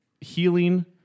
healing